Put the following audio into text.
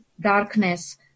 darkness